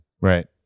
Right